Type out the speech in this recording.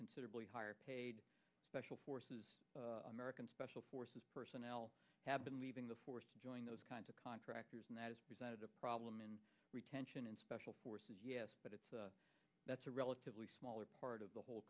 considerably higher paid special forces american special forces personnel have been leaving the force join those kinds of contractors and that is presented a problem in retention in special forces yes but it's that's a relatively smaller part of the whole